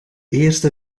eerste